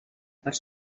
part